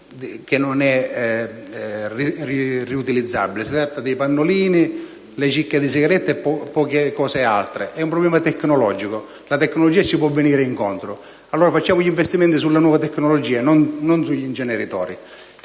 non riutilizzabile è composta da pannolini, cicche di sigarette e poco altro. È un problema tecnologico. La tecnologia ci può venire incontro. Allora, facciamo investimenti sulle nuove tecnologie e non sugli inceneritori.